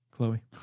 Chloe